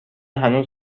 هنوز